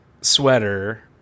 sweater